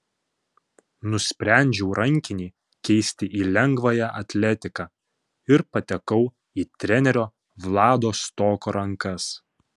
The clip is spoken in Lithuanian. nusprendžiau rankinį keisti į lengvąją atletiką ir patekau į trenerio vlado stoko rankas